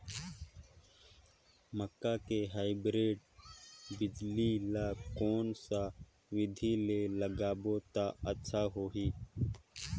मक्का के हाईब्रिड बिजली ल कोन सा बिधी ले लगाबो त अच्छा होहि?